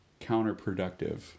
counterproductive